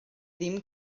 ddim